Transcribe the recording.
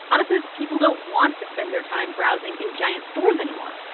chana says people don't want to spend their time browsing in giant stores anymore.